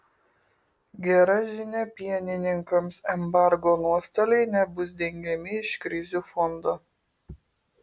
gera žinia pienininkams embargo nuostoliai nebus dengiami iš krizių fondo